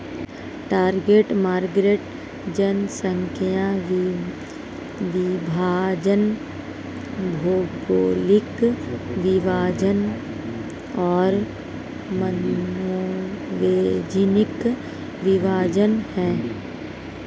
target market जनसांख्यिकीय विभाजन, भौगोलिक विभाजन और मनोवैज्ञानिक विभाजन हैं